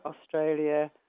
Australia